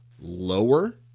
lower